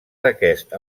d’aquest